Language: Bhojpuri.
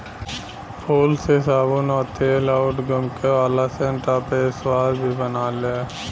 फूल से साबुन आ तेल अउर गमके वाला सेंट आ फेसवाश भी बनेला